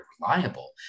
reliable